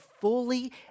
fully